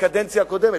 בקדנציה הקודמת.